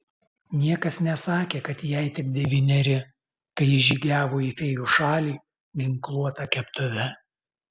niekas nesakė kad jai tik devyneri kai ji žygiavo į fėjų šalį ginkluota keptuve